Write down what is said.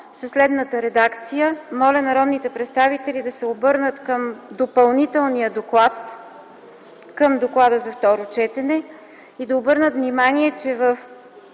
ИСКРА МИХАЙЛОВА: Моля народните представители да се обърнат към допълнителния доклад към доклада за второ четене и да обърнат внимание, че в т.